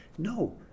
No